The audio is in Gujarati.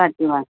સાચી વાત